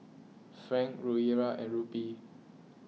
Franc Rufiyaa and Rupee